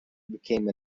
became